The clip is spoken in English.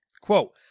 Quote